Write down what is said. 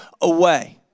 away